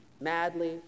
madly